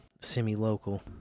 semi-local